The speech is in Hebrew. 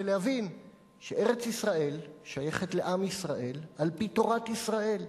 ולהבין שארץ-ישראל שייכת לעם ישראל על-פי תורת ישראל,